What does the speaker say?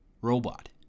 robot